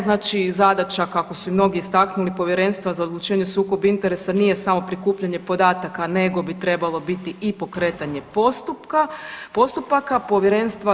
Znači zadaća kako su i mnogi istaknuli Povjerenstva za odlučivanje o sukobu interesa nije samo prikupljanje podataka nego bi trebalo biti i pokretanje postupka, postupaka povjerenstva.